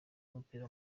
w’umupira